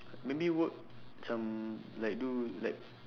maybe work macam like do like